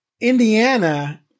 Indiana